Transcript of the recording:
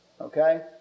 okay